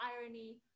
irony